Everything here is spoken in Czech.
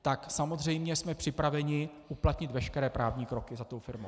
Tak samozřejmě jsme připraveni uplatnit veškeré právní kroky za tou firmou.